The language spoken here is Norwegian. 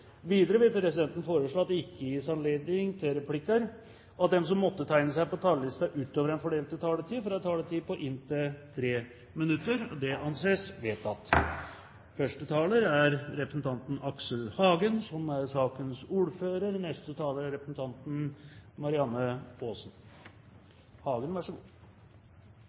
Videre vil presidenten foreslå at det ikke gis anledning til replikker, og at de som måtte tegne seg på talerlisten utover den fordelte taletid, får en taletid på inntil 3 minutter. – Det anses vedtatt. Utgangspunktet for saken er